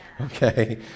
Okay